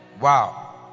Wow